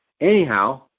anyhow